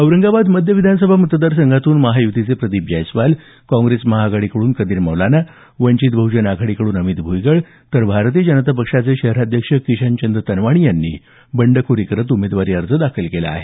औरंगाबाद मध्य विधानसभा मतदारसंघातून महायुतीचे प्रदीप जैस्वाल काँग्रेस महाआघाडीकडून कदीर मौलाना वंचित बह्जन आघाडीकडून अमित भूईगळ तर भारतीय जनता पक्षाचे शहराध्यक्ष किशनचंद तनवाणी यांनी बंडखोरी करत उमेदवारी अर्ज दाखल केला आहे